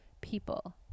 People